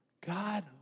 God